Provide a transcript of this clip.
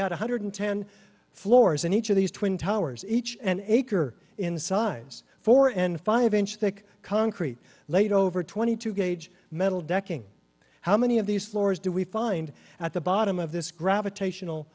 one hundred ten floors in each of these twin towers each and acre in size four and five inch thick concrete laid over twenty two gauge metal decking how many of these floors do we find at the bottom of this gravitational